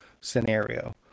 scenario